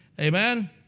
Amen